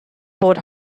bought